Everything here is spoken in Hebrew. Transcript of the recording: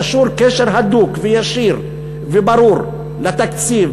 קשור קשר הדוק וישיר וברור לתקציב,